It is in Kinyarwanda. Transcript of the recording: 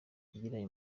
yagiranye